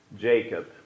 Jacob